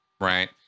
right